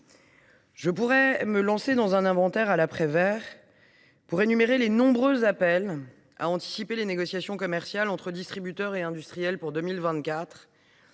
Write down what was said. je pourrais me lancer dans un inventaire à la Prévert en énumérant les nombreux appels à anticiper les négociations commerciales entre les distributeurs et les industriels qui ont